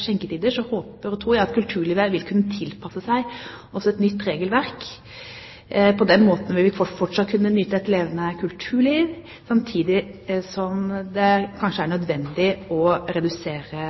skjenketidene, håper og tror jeg at kulturlivet vil kunne tilpasse seg også et nytt regelverk. På den måten vil vi fortsatt kunne nyte et levende kulturliv, samtidig som det kanskje er nødvendig å redusere